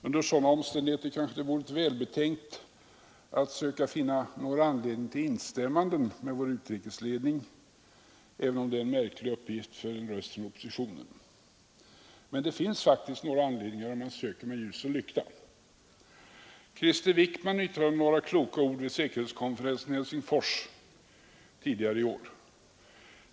Under sådana omständigheter kan det vara välbetänkt att söka finna någon anledning till instämmanden med vår utrikesledning — även om det är en märklig uppgift för en röst från oppositionen. Men det finns faktiskt några anledningar om man söker med ljus och lykta. Krister Wickman yttrade några kloka ord vid säkerhetskonferensen i Helsingfors tidigare i år.